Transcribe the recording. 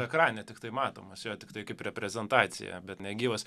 ekrane tiktai matomas jo tiktai kaip reprezentacija bet negyvas